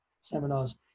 seminars